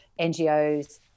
NGOs